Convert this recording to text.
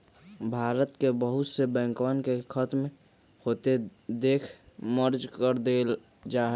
भारत के बहुत से बैंकवन के खत्म होते देख मर्ज कर देयल जाहई